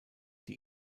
die